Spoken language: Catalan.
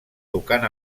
tocant